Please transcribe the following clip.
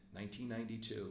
1992